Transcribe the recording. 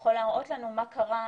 יכול להראות לנו מה קרה,